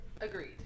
Agreed